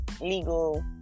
legal